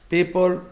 People